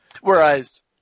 Whereas